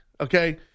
okay